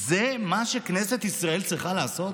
זה מה שכנסת ישראל צריכה לעשות?